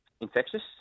infectious